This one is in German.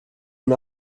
nun